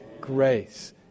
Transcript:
Grace